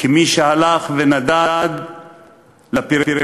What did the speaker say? כמי שהלך ונדד לפריפריה,